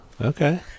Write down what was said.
okay